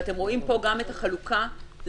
אתם רואים פה גם את החלוקה לחיסוניות.